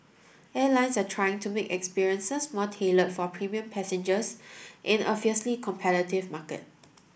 airlines are trying to make experiences more tailored for premium passengers in a fiercely competitive market